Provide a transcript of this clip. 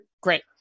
Great